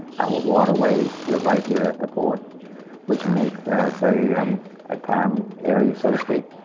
our waterways, we're right here at the port which would make us a um a prime area, so to speak,